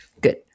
Good